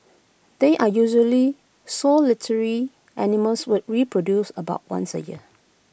they are usually solitary animals which reproduce about once A year